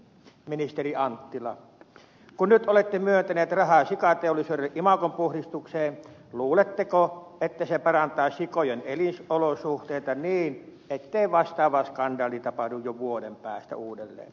ministeri anttila kun nyt olette myöntänyt rahaa sikateollisuudelle imagon puhdistukseen luuletteko että se parantaa sikojen elinolosuhteita niin ettei vastaavaa skandaalia tapahdu jo vuoden päästä uudelleen